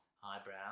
highbrow